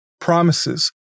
promises